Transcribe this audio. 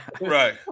Right